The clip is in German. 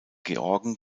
georgen